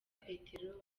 peteroli